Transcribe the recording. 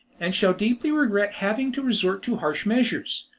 and shall deeply regret having to resort to harsh measures.